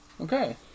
Okay